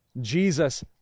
Jesus